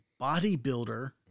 bodybuilder